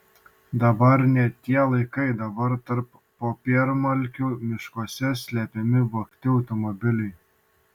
dabar ne tie laikai dabar tarp popiermalkių miškuose slepiami vogti automobiliai